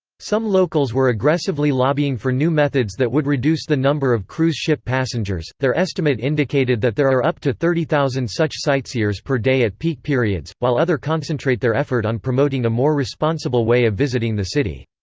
some locals were aggressively lobbying for new methods that would reduce the number of cruise ship passengers their estimate indicated that there are up to thirty thousand such sightseers per day at peak periods, while other concentrate their effort on promoting a more responsible way of visiting the city.